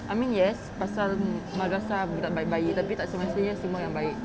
I mean yes pasal madrasah budak yang baik-baik tapi tak semestinya semua yang baik